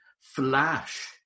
Flash